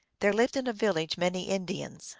there lived in a village many in dians.